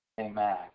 Amen